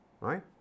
Right